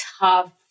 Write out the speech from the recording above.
tough